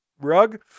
rug